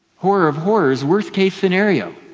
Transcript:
horror of horrors, worst-case scenario,